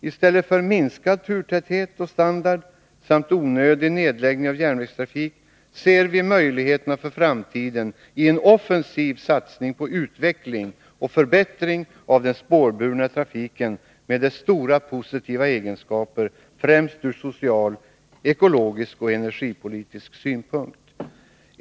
I stället för minskad turtäthet och minskad standard samt onödig nedläggning av järnvägstrafik ser vi möjligheterna för framtiden i en offensiv satsning på utveckling och förbättring av den spårburna trafiken med dess stora positiva egenskaper främst ur social, ekologisk och energipolitisk synpunkt.